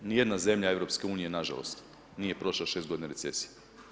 Nijedna zemlja EU nažalost nije prošla šest godina recesije.